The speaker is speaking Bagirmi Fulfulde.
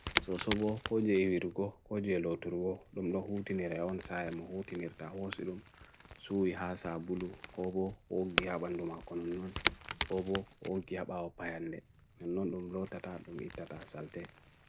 So sobo ko jye virgo ko jye loturgo, lum lo hootinirre on sayem hootinirre ta hoosirum, sui hasa bulu, ko bo ho gya banduma konunon, ko bo ho gya ba opayande, menon lum lo tata dum i tata salte.